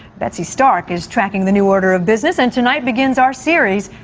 betsy stark is tracking the new order of business, and tonight begins our series,